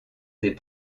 des